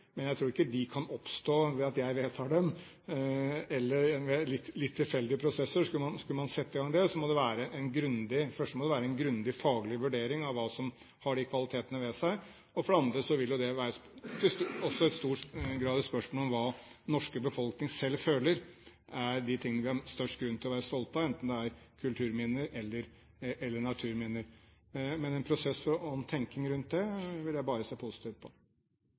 men jeg tror ikke de kan oppstå ved at jeg vedtar dem eller ved litt tilfeldige prosesser. Skulle man sette i gang det, må det først være en grundig faglig vurdering av hva som har de kvalitetene ved seg. For det andre ville det også i stor grad være et spørsmål om hva den norske befolkning selv føler er de tingene vi har størst grunn til å være stolte av, enten det er kulturminner eller naturminner. Men en prosess og en tenking rundt det vil jeg bare se positivt på.